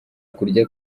kurya